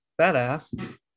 Badass